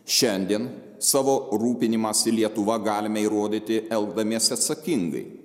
šiandien savo rūpinimąsi lietuva galime įrodyti elgdamiesi atsakingai